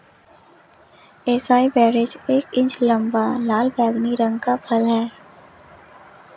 acai berries एक inch लंबा, लाल बैंगनी रंग का फल है